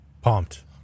Pumped